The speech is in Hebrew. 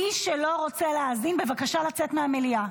מי שלא רוצה להאזין, בבקשה לצאת מהמליאה.